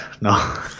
No